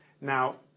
Now